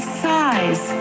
size